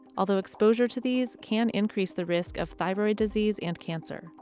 although exposure to these can increase the risk of thyroid disease and cancer,